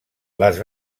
les